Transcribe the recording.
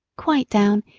quite down,